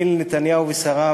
אין לנתניהו ולשריו,